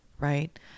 right